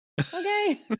okay